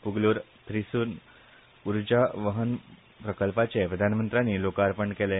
प्गलूर थ्रिसून उर्जा वहन प्रकल्पाचे प्रधानमंत्र्यांनी लोकार्पण केले